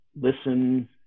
listen